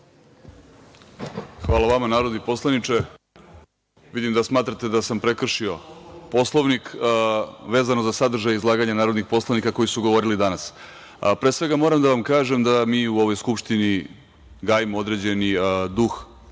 Hvala vama, narodni poslaniče. Vidim da smatrate da sam prekršio Poslovnik vezano za sadržaj izlaganja narodnih poslanika koji su govorili danas. Pre svega, moram da vam kažem da mi u ovoj Skupštini gajimo određeni duh